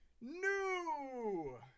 new